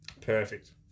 perfect